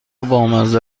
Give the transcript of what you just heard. بامزه